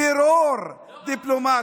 טרור דיפלומטי.